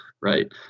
Right